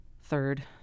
Third